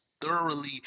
thoroughly